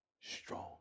strong